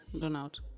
Donald